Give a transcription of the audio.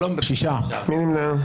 מי נמנע?